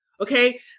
Okay